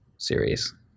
Series